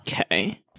okay